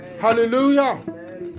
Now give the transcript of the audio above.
Hallelujah